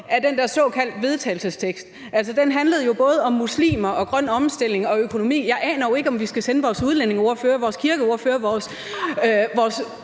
forslag til vedtagelse. Altså, den handlede jo både om muslimer og grøn omstilling og økonomi. Jeg aner jo ikke, om vi skal sende vores udlændingeordfører, vores kirkeordfører,